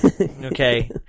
Okay